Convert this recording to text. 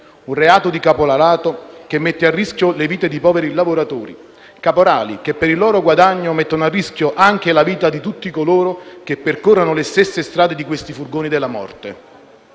un reato di caporalato che mette a rischio le vite di poveri lavoratori, con caporali che per il loro guadagno mettono a rischio anche la vita di tutti coloro che percorrono le stesse strade di questi furgoni della morte.